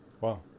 wow